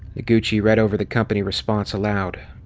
noguchi read over the company response aloud.